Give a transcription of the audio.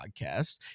podcast